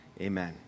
amen